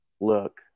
look